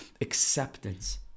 acceptance